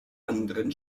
anderen